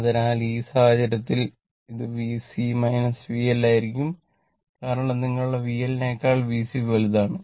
അതിനാൽ ഈ സാഹചര്യത്തിൽ ഇത് VC VL ആയിരിക്കും കാരണം നിങ്ങളുടെ VL നേക്കാൾ VC വലുതാണ്